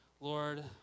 Lord